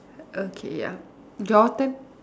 okay ya your turn